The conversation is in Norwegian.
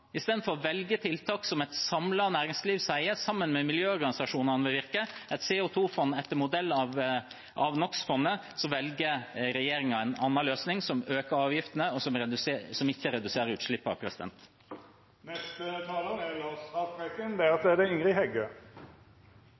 Istedenfor å velge tiltak som et samlet næringsliv sammen med miljøorganisasjonene sier vil virke, et CO2-fond etter modell av NOx-fondet, velger regjeringen en annen løsning som øker avgiftene og ikke reduserer